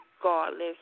Regardless